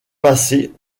passée